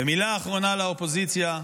ומילה אחרונה לאופוזיציה: